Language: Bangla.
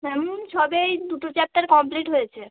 ম্যাম সবে এই দুটো চ্যাপ্টার কমপ্লিট হয়েছে